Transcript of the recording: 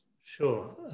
Sure